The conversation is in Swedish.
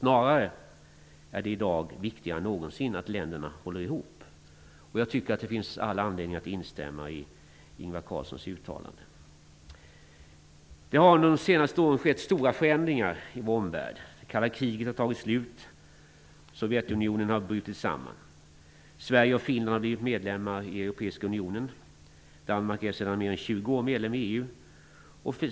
Snarare är det i dag viktigare än någonsin att länderna håller ihop. Jag tycker att det finns all anledning att instämma i Ingvar Carlssons uttalande. Under de senaste åren har det skett stora förändringar i vår omvärld. Det kalla kriget har tagit slut och Sovjetunionen har brutit samman. Sverige och Finland har blivit medlemmar i Europeiska unionen. Danmark är sedan mer än 20 år medlem i EU.